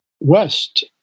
west